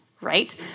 Right